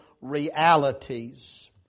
Realities